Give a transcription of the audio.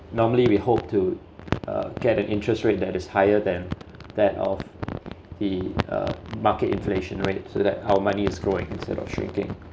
normally we hope to uh get an interest rate that is higher than that of the uh market inflation rate so that our money is growing instead of shrinking